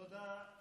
תודה.